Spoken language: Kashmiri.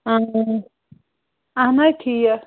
اہن حظ اہن حظ ٹھیٖک